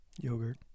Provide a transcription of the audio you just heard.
yogurt